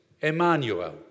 Emmanuel